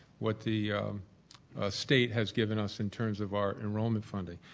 what the state has given us in terms of our enrolment funding.